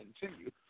continue